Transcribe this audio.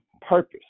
Purpose